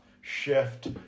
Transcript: shift